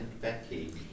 Becky